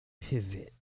Pivot